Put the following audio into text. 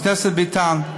חבר הכנסת ביטן.